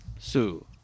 Sue